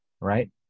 right